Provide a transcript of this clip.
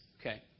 Okay